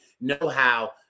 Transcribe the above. know-how